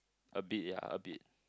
a bit ya a bit